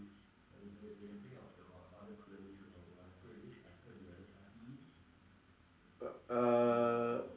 err